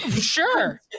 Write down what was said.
Sure